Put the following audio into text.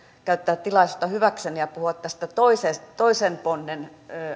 käyttää tilaisuutta hyväkseni ja puhua tästä toisen ponnen